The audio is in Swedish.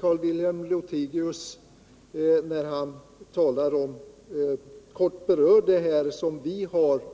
Carl-Wilhelm Lothigius berörde något det yrkande